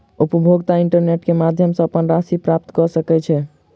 उपभोगता इंटरनेट क माध्यम सॅ अपन राशि प्राप्त कय सकै छै